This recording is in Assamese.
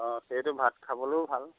অঁ সেইটো ভাত খাবলৈও ভাল